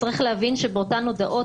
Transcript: צריך להבין שבאותן הודעות,